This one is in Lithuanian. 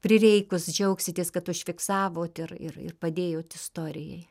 prireikus džiaugsitės kad užfiksavot ir ir ir padėjot istorijai